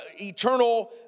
eternal